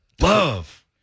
Love